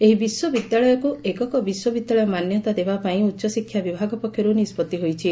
ଏହି ବିଶ୍ୱବିଦ୍ୟାଳୟକୁ ଏକକ ବିଶ୍ୱବିଦ୍ୟାଳୟ ମାନ୍ୟତା ଦେବାପାଇଁ ଉଚ୍ଚଶିକ୍ଷା ବିଭାଗ ପକ୍ଷରୁ ନିଷ୍ବଉି ହୋଇଛି